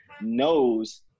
knows